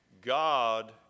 God